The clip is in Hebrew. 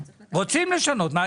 רוצים לשנות.